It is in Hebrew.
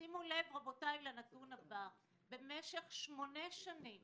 שימו לב, רבותיי, לנתון הבא: במשך שנונה שנים